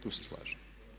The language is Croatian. Tu se slažem.